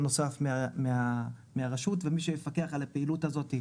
נוסף מהרשות ומי שיפקח על הפעילות הזאתי